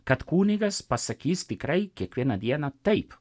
kad kunigas pasakys tikrai kiekvieną dieną taip